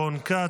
רון כץ,